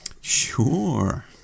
Sure